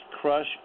crush